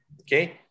Okay